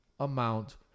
amount